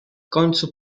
końcu